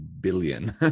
billion